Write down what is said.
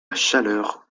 chaleur